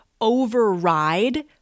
override